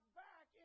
back